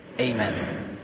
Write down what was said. Amen